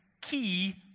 key